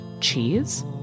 cheese